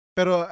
Pero